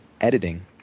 editing